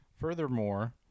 Furthermore